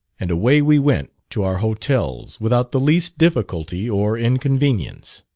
and away we went to our hotels without the least difficulty or inconvenience.